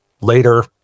later